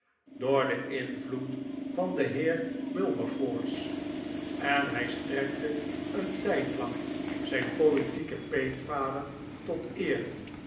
door den invloed van den heer wilberforce en hij strekte een tijd lang zijn politieken peetvader tot eer